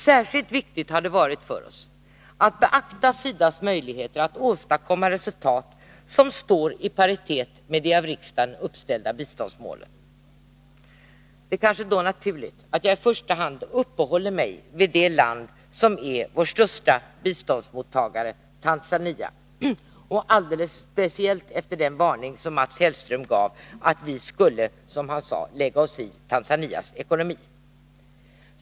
Särskilt viktigt har det varit för oss att beakta SIDA:s möjligheter att åstadkomma resultat som står i paritet med de av riksdagen uppställda biståndsmålen. Det är då kanske naturligt att jag i första hand uppehåller mig vid det land som är vår största biståndsmottagare, Tanzania — alldeles speciellt efter den varning som Mats Hellström gav för att vi skulle lägga oss i Tanzanias ekonomi.